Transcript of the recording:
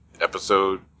episode